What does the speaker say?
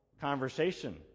conversation